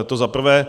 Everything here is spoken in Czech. To za prvé.